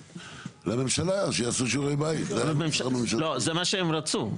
לא, זה מה שהם רצו.